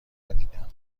ندیدم